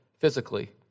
physically